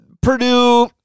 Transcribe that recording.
Purdue